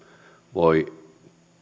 voi